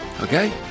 Okay